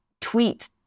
tweet